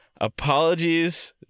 Apologies